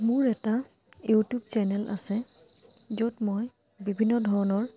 মোৰ এটা YouTube channel আছে য'ত মই বিভিন্ন ধৰণৰ